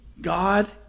God